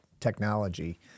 technology